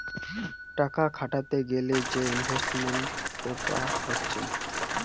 টাকা খাটাতে গ্যালে যে ইনভেস্টমেন্ট করা হতিছে